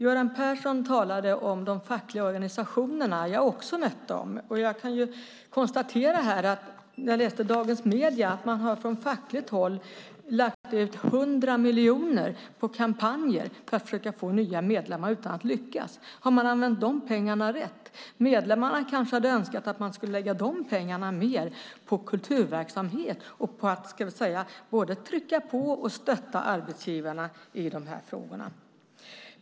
Göran Persson talade om de fackliga organisationerna. Jag har också mött dem. Jag läste i Dagens Media att man från fackligt håll har lagt ut 100 miljoner på kampanjer för att försöka få nya medlemmar utan att lyckas. Har man använt dessa pengar rätt? Medlemmarna kanske hade önskat att man lade dessa pengar på kulturverksamhet och på att både trycka på och stötta arbetsgivarna i dessa frågor.